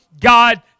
God